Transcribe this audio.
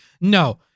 No